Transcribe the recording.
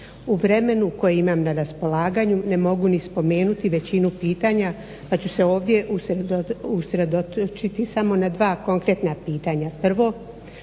U vremenu koje imam na raspolaganju ne mogu ni spomenuti većinu pitanja pa ću se ovdje usredotočiti samo na dva konkretna pitanja.